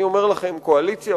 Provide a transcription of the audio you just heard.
אני אומר לכם: קואליציה,